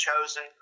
chosen